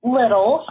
little